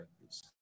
please